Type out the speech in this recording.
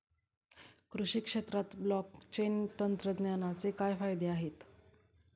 कृषी क्षेत्रात ब्लॉकचेन तंत्रज्ञानाचे काय फायदे आहेत?